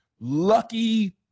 lucky